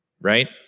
right